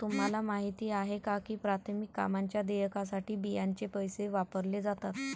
तुम्हाला माहिती आहे का की प्राथमिक कामांच्या देयकासाठी बियांचे पैसे वापरले जातात?